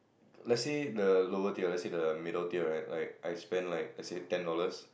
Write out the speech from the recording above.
let's say the lower tier let's say the middle tier right I spend like let's say ten dollars